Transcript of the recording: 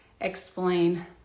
explain